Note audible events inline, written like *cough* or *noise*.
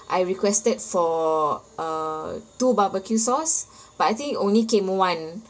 I requested for uh two barbecue sauce *breath* but I think only came one